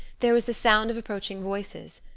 there was the sound of approaching voices.